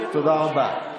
תודה רבה.